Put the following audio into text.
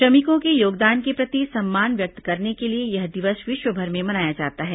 श्रमिकों के योगदान के प्रति सम्मान व्यक्त करने के लिए यह दिवस विश्वभर में मनाया जाता है